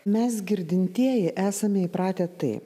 mes girdintieji esame įpratę tai